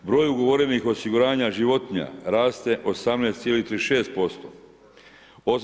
Broj ugovorenih osiguranja životinja raste 18,36%